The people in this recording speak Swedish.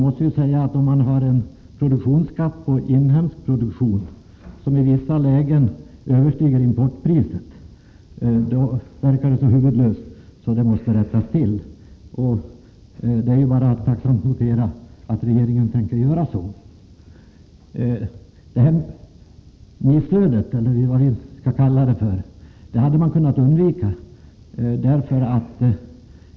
Ett system med en produktionsskatt på inhemsk produktion som i vissa lägen överstiger importpriset är så huvudlöst att det måste rättas till. Jag noterar tacksamt att regeringen tänker göra det. Detta missöde — eller vad vi skall kalla det — hade kunnat undvikas.